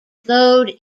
flowed